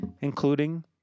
including